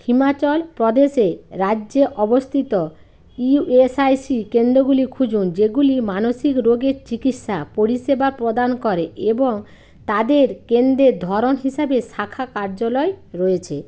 হিমাচল প্রদেশে রাজ্যে অবস্থিত ইএসআইসি কেন্দ্রগুলি খুঁজুন যেগুলি মানসিক রোগের চিকিৎসা পরিষেবা প্রদান করে এবং তাদের কেন্দ্রের ধরন হিসেবে শাখা কার্যালয় রয়েছে